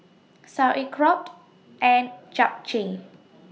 Sauerkraut and Japchae